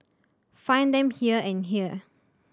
find them here and here